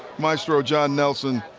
maestro jon nelson.